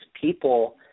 people –